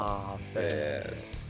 office